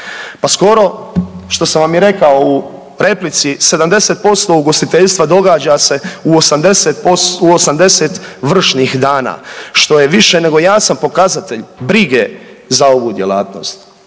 Pa skoro, što sam vam i rekao u replici, 70% ugostiteljstva događa se u 80 vršnih dana, što je više nego jasan pokazatelj brige za ovu djelatnost.